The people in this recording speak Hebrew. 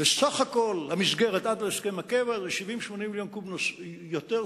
וסך הכול המסגרת עד להסכם הקבע זה 70 80 מיליון קוב יותר,